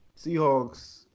Seahawks